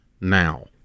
now